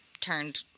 turned